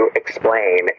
explain